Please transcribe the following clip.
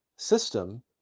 system